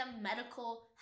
medical